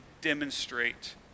demonstrate